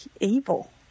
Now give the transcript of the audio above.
evil